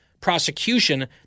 Prosecution